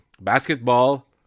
basketball